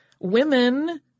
women